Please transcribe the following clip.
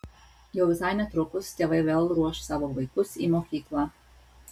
jau visai netrukus tėvai vėl ruoš savo vaikus į mokyklą